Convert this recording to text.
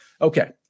Okay